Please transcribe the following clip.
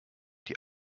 die